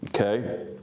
Okay